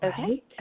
okay